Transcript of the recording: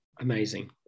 Amazing